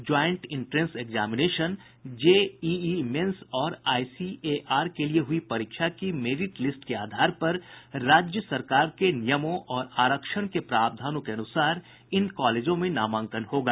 joint entrance examination JEE mains और ICAR के लिए हुई परीक्षा की मेरिट लिस्ट के आधार पर राज्य सरकार के नियमों और आरक्षण प्रावधानों के अनुसार इन कॉलेजों में नामांकन होगा